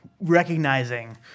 recognizing